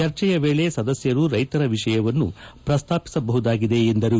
ಚರ್ಚೆಯ ವೇಳೆ ಸದಸ್ವರು ರೈತರ ವಿಷಯವನ್ನು ಪ್ರಸ್ತಾಪಿಸಬಹುದಾಗಿದೆ ಎಂದರು